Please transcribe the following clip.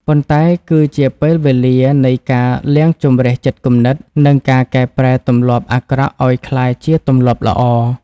ប៉ុន្តែគឺជាពេលវេលានៃការលាងជម្រះចិត្តគំនិត និងការកែប្រែទម្លាប់អាក្រក់ឱ្យក្លាយជាទម្លាប់ល្អ។